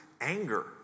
anger